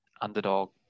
underdog